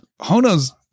Honos